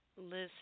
listen